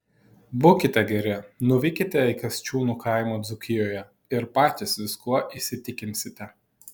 būkite geri nuvykite į kasčiūnų kaimą dzūkijoje ir patys viskuo įsitikinsite